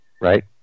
Right